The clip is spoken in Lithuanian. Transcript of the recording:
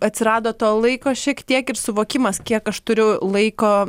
atsirado to laiko šiek tiek ir suvokimas kiek aš turiu laiko